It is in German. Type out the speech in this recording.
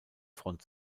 front